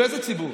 ואיזה ציבור?